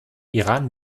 iran